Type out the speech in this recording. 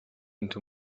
into